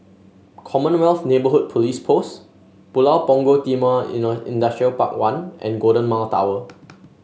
Commonwealth Neighbourhood Police Post Pulau Punggol Timor Industrial Park One and Golden Mile Tower